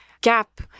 gap